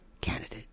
candidate